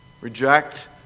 Reject